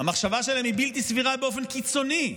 המחשבה שלהם היא בלתי סבירה באופן קיצוני,